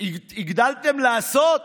הגדלתם לעשות,